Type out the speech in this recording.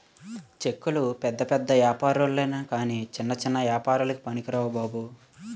చెక్కులు పెద్ద పెద్ద ఏపారాల్లొనె కాని చిన్న చిన్న ఏపారాలకి పనికిరావు బాబు